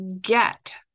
get